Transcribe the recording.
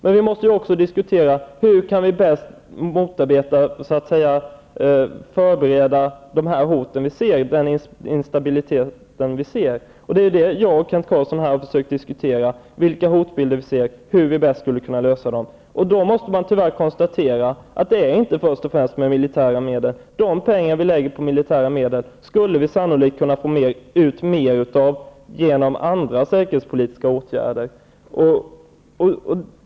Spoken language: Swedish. Men vi måste ju också diskutera hur vi bäst kan motarbeta och förebereda oss för de hot och den instabilitet vi ser. Det är detta som Kent Carlsson och jag här har försökt diskutera, nämligen vilka hotbilder vi ser och hur vi bäst skulle kunna möta dem. Då måste man tyvärr konstatera att det inte först och främst är fråga om militära medel. De pengar som vi lägger på militära medel skulle vi sannolikt kunna få ut mer av genom andra säkerhetspolitiska åtgärder.